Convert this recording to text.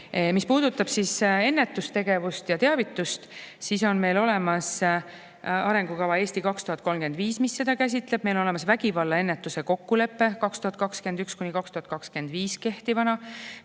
puudutab ennetustegevust ja teavitust, siis on meil olemas arengukava "Eesti 2035", mis seda käsitleb. Meil on olemas vägivallaennetuse kokkulepe 2021–2025 kehtivana.